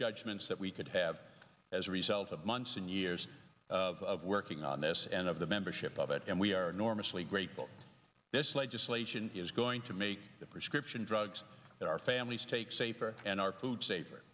judgments that we could have as a result of months and years of working on this and of the membership of it and we are enormously grateful this legislation is going to make the prescription drugs that our families take safer and our